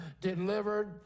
delivered